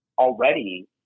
Already